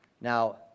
Now